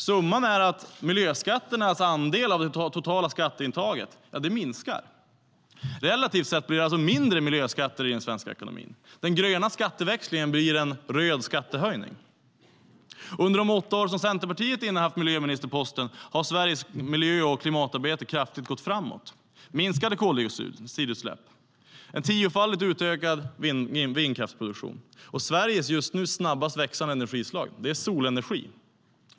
Summan är att miljöskatternas andel av det totala skatteintaget minskar. Relativt sett blir det en mindre andel miljöskatter i den svenska ekonomin. Den gröna skatteväxlingen blir en röd skattehöjning. Under de åtta år som Centerpartiet innehaft miljöministerposten har Sveriges miljö och klimatarbete kraftigt gått framåt. Det handlar om minskade koldioxidutsläpp och en tiofaldigt utökad vindkraftsproduktion. Sveriges just nu snabbast växande energislag är solenergi.